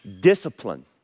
Discipline